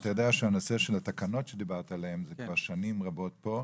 אתה יודע שהנושא של התקנות שדיברת עליהן כבר שנים רבות פה.